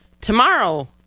Tomorrow